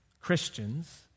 Christians